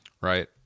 right